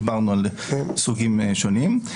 דיברנו על סוגים שונים.